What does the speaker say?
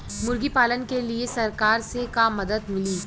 मुर्गी पालन के लीए सरकार से का मदद मिली?